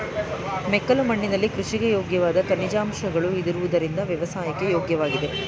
ಮೆಕ್ಕಲು ಮಣ್ಣಿನಲ್ಲಿ ಕೃಷಿಗೆ ಯೋಗ್ಯವಾದ ಖನಿಜಾಂಶಗಳು ಇರುವುದರಿಂದ ವ್ಯವಸಾಯಕ್ಕೆ ಯೋಗ್ಯವಾಗಿದೆ